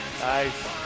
Nice